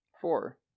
Four